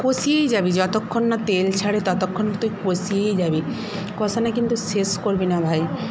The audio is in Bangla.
কষিয়েই যাবি যতক্ষণ না তেল ছাড়ে ততক্ষণ তুই কষিয়েই যাবি কষানো কিন্তু শেষ করবি না ভাই